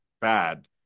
bad